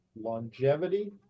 longevity